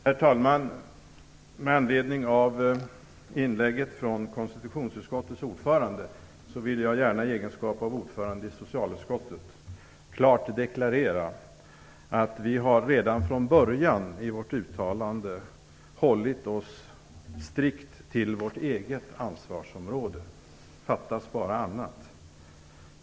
Herr talman! Med anledning av inlägget från konstitutionsutskottets ordförande vill jag gärna, i egenskap av ordförande i socialutskottet, klart deklarera att utskottet redan från början i uttalandet hållit sig strikt till det egna ansvarsområdet. Fattas bara annat!